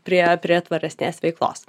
prie prie tvaresnės veiklos